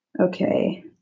Okay